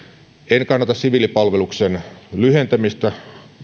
en kannata siviilipalveluksen lyhentämistä